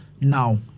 now